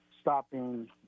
stopping